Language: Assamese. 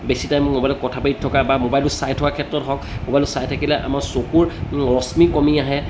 বেছি টাইম মোবাইলত কথা পাতি থকা বা মোবাইলটো চাই থকাৰ ক্ষেত্ৰত হওক মোবাইলটো চাই থাকিলে আমাৰ চকুৰ ৰশ্মি কমি আহে